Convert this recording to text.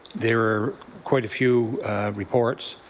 there are quite a few reports,